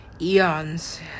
eons